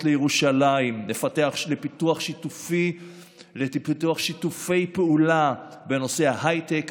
לירושלים לפיתוח שיתופי פעולה בנושא ההייטק,